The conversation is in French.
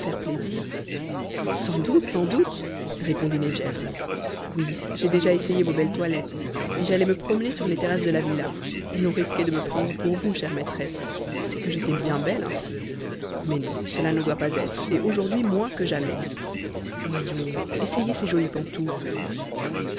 plaisir sans doute sans doute répondit nedjeb oui j'ai déjà essayé vos belles toilettes et j'allais me montrer sur les terrasses de la villa et l'on risquait de me prendre pour vous chère maîtresse c'est que j'étais bien belle ainsi mais non cela ne doit pas être et aujourd'hui moins que jamais voyons essayez ces jolies pantoufles